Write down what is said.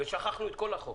ושכחנו את כל החוק.